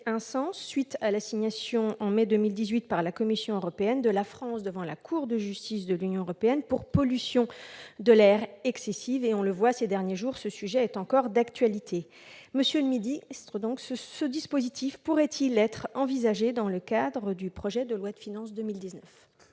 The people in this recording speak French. après l'assignation en mai 2018 par la Commission européenne de la France devant la Cour de justice de l'Union européenne, pour pollution de l'air excessive. Ces derniers jours, à l'évidence, ce sujet est encore d'actualité. Monsieur le secrétaire d'État, ce dispositif pourrait-il être envisagé dans le cadre du projet de loi de finances pour 2019 ?